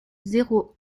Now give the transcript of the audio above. zéro